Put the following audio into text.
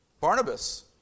Barnabas